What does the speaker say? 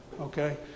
Okay